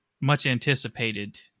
much-anticipated